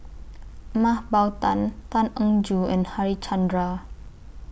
Mah Bow Tan Tan Eng Joo and Harichandra